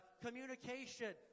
Communication